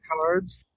cards